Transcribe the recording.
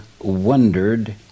wondered